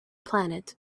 planet